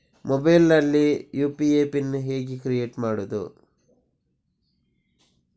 Mobile ನಲ್ಲಿ UPI pin ಹೇಗೆ create ಮಾಡುವುದು?